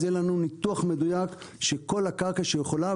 יהיה לנו ניתוח מדויק של כל הקרקע שיכולה.